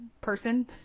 person